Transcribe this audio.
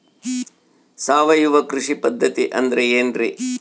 ಸಾವಯವ ಕೃಷಿ ಪದ್ಧತಿ ಅಂದ್ರೆ ಏನ್ರಿ?